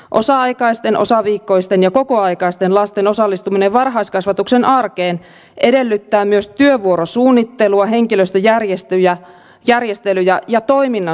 osa aikaisten osaviikkoisten ja kokoaikaisten lasten osallistuminen varhaiskasvatuksen arkeen edellyttää myös työvuorosuunnittelua henkilöstöjärjestelyjä ja toiminnan suunnittelua